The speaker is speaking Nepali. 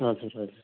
हजुर हजुर